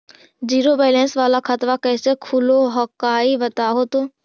Zero balance वाला खतवा कैसे खुलो हकाई बताहो तो?